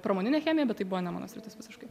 pramoninę chemiją bet tai buvo ne mano sritis visiškai